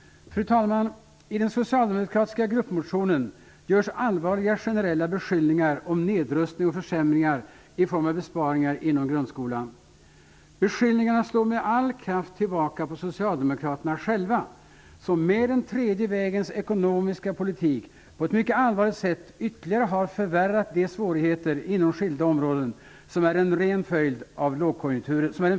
Fru talman! I den socialdemokratiska gruppmotionen görs allvarliga generella beskyllningar om nedrustning och försämringar i form av besparingar inom grundskolan. Beskyllningarna slår med all kraft tillbaka på Socialdemokraterna själva. Med den tredje vägens ekonomiska politik har de på ett mycket allvarligt sätt ytterligare förvärrat de svårigheter inom skilda områden som är en följd av lågkonjunkturen.